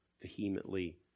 vehemently